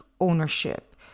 ownership